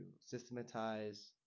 systematize